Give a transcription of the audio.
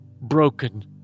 broken